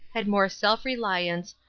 had more self-reliance,